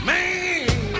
Man